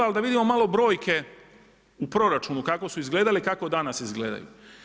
Ali da vidimo malo brojke u proračunu kako su izgledale i kako danas izgledaju.